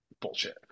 Bullshit